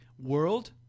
world